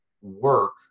work